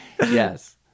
yes